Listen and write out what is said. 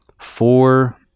four